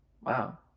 Wow